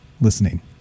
listening